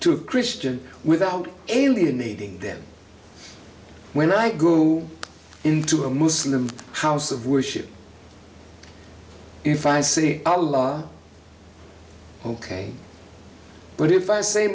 to a christian without alienating them when i grew into a muslim house of worship if i see a law ok but if i say